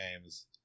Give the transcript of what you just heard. games